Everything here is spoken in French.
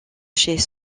chez